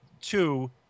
Two